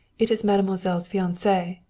it is mademoiselle's fiance,